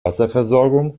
wasserversorgung